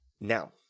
Now